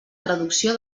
traducció